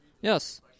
Yes